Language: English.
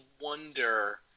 wonder